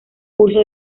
curso